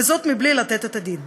וזאת בלי לתת את הדין.